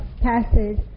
passage